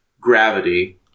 gravity